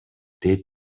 дейт